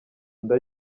nda